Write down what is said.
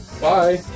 Bye